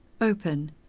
open